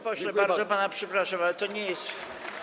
Panie pośle, bardzo pana przepraszam, ale to nie jest.